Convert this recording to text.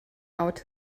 out